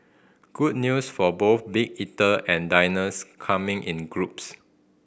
good news for both big eater and diners coming in groups